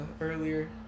earlier